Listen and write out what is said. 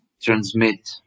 transmit